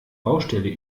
baustelle